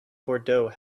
bordeaux